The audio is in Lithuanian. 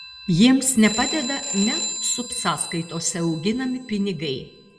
jiems nepadeda net subsąskaitose auginami pinigai